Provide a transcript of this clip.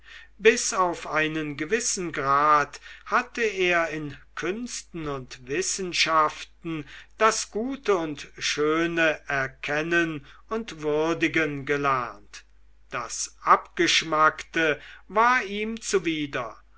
bis auf einen gewissen grad hatte er in künsten und wissenschaften das gute und schöne erkennen und würdigen gelernt das abgeschmackte war ihm zuwider